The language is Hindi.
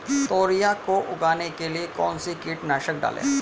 तोरियां को उगाने के लिये कौन सी कीटनाशक डालें?